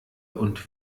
und